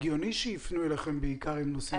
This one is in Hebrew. הגיוני שיפנו אליכם בעיקר עם נושאים כאלה.